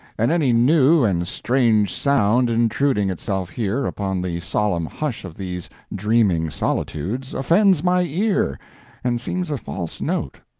and any new and strange sound intruding itself here upon the solemn hush of these dreaming solitudes offends my ear and seems a false note.